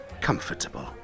comfortable